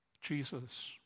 Jesus